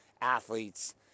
athletes